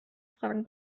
fragen